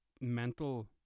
mental